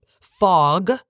fog